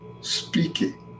speaking